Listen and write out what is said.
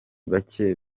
bacye